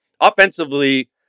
Offensively